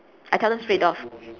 I tell them straight off